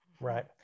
Right